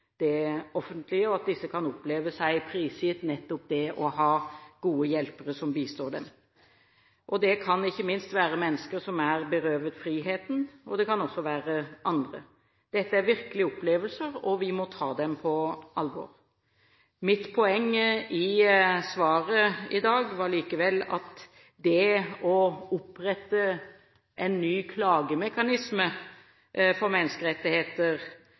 det offentlige, og at disse kan oppleve seg prisgitt nettopp det å ha gode hjelpere som bistår dem. Det kan ikke minst være mennesker som er berøvet friheten, og det kan også være andre. Dette er virkelige opplevelser, og vi må ta dem på alvor. Mitt poeng i svaret i dag var likevel at det å opprette en ny klagemekanisme for menneskerettigheter